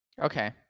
Okay